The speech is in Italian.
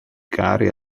cari